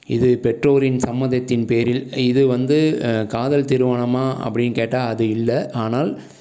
இது பெற்றோரின் சம்மதத்தின் பேரில் இது வந்து காதல் திருமணமா அப்படின்னு கேட்டால் அது இல்லை ஆனால்